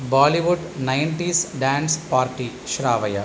Bollywood nineties dance party श्रावय